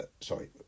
sorry